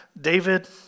David